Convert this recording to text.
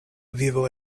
vivo